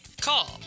call